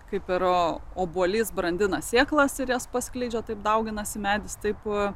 kaip obuolys brandina sėklas ir jas paskleidžia taip dauginasi medis taip